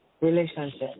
Relationship